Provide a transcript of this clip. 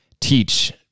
teach